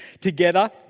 together